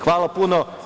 Hvala puno.